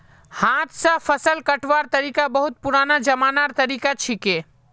हाथ स फसल कटवार तरिका बहुत पुरना जमानार तरीका छिके